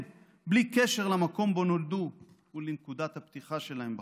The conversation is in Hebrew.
בלי קשר למקום שבו נולדו ולנקודת הפתיחה שלהם בחיים.